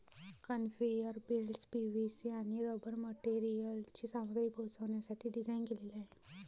conveyor belts PVC आणि rubber मटेरियलची सामग्री पोहोचवण्यासाठी डिझाइन केलेले आहेत